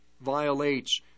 violates